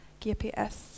GPS